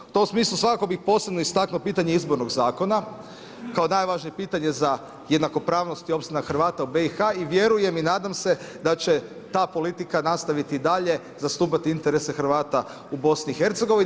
U tom smislu svakako bi posebno istaknuo pitanje izbornog zakona kao najvažnije pitanje za jednakopravnost i opstanak Hrvata u BiH i vjerujem i nadam se da će ta politika nastaviti i dalje zastupati interese Hrvata u BiH.